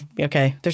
Okay